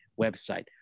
website